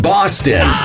Boston